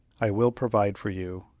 i will provide for you.